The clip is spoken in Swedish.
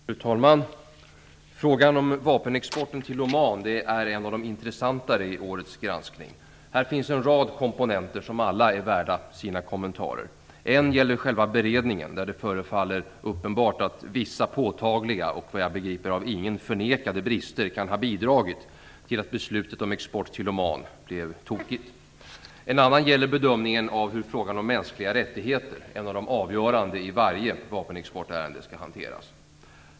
Fru talman! Frågan om vapenexporten till Oman är en av de intressantare i årets granskning. Här finns en rad komponenter, som alla är värda sina kommenterar. En gäller själva beredningen, där det förefaller uppenbart att vissa påtagliga och såvitt jag begriper av ingen förnekade brister kan ha bidragit till att beslutet om export till Oman blev tokigt. En annan gäller bedömningen av hur frågan om mänskliga rättigheter - en av de avgörande i varje vapenexportärende - skall hanteras.